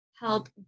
help